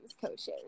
coaches